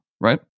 right